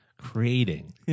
creating